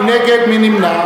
מי נגד?